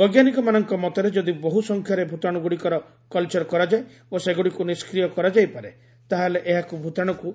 ବୈଜ୍ଞାନିକମାନଙ୍କ ମତରେ ଯଦି ବହୁ ସଂଖ୍ୟାରେ ଭୂତାଣୁଗୁଡ଼ିକର କଲଚର କରାଯାଏ ଓ ସେଗୁଡ଼ିକୁ ନିଷ୍କ୍ରିୟ କରାଯାଇ ପାରେ ତାହେଲେ ଏହାକୁ ଭୂତାଣୁକୁ